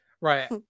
Right